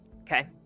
Okay